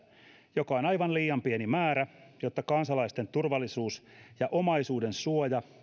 mikä on aivan liian pieni määrä jotta kansalaisten turvallisuus ja omaisuudensuoja